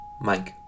Mike